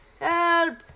Help